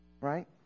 right